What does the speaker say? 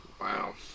Wow